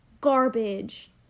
Garbage